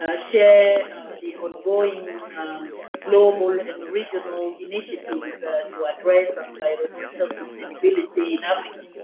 ah share the ongoing global and regional initiatives to address ah environmental sustainability in africa.